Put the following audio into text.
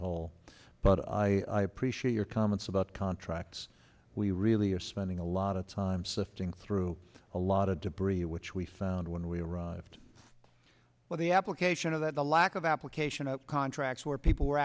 whole but i appreciate your comments about contracts we really are spending a lot of time sifting through a lot of debris which we found when we arrived but the application of that the lack of application contracts where people were